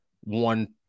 one